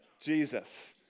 Jesus